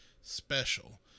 special